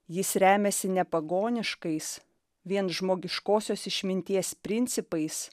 jis remiasi ne pagoniškais vien žmogiškosios išminties principais